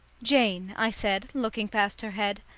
jane, i said, looking past her head,